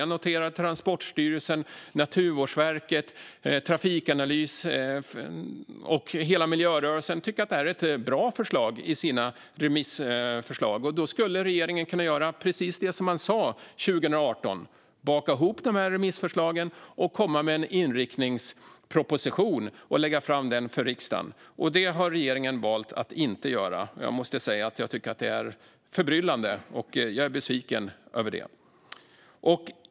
Jag noterar att Transportstyrelsen, Naturvårdsverket, Trafikanalys och hela miljörörelsen tycker att det här är ett bra förslag. Då skulle regeringen kunna göra precis det som man sa 2018: baka ihop de här remissförslagen, komma med en inriktningsproposition och lägga fram den för riksdagen. Det har regeringen valt att inte göra, och jag måste säga att jag tycker att det är förbryllande. Jag är besviken över det.